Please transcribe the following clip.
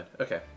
okay